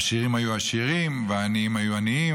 העשירים היו עשירים והעניים היו עניים,